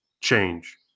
change